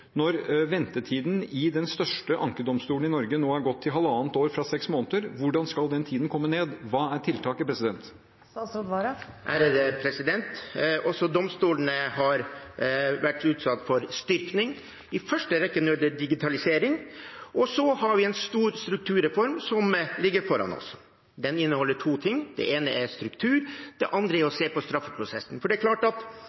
når ventetiden i den største ankedomstolen i Norge nå har gått fra seks måneder til halvannet år? Hvordan skal den tiden komme ned? Hva er tiltaket? Også domstolene har vært gjenstand for styrking, i første rekke når det gjelder digitalisering. Og så har vi en stor strukturreform som ligger foran oss. Den inneholder to ting: Det ene er struktur, det andre er å se på straffeprosessen. For det er klart at